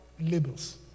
labels